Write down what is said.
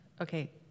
Okay